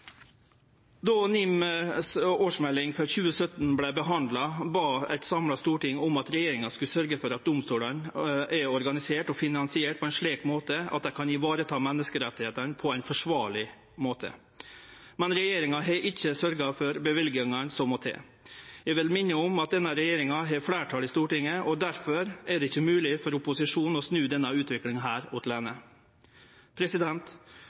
Då NIMs årsmelding for 2017 vart behandla, bad eit samla storting om at regjeringa skulle sørgje for at domstolane er organiserte og finansierte på ein slik måte at dei kan vareta menneskerettane på ein forsvarleg måte. Men regjeringa har ikkje sørgt for løyvingane som må til. Eg vil minne om at denne regjeringa har fleirtal i Stortinget, og difor er det ikkje mogleg for opposisjonen å snu denne utviklinga